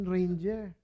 Ranger